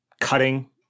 cutting